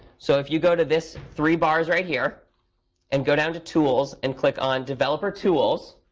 so if you go to this three bars right here and go down to tools and click on developer tools,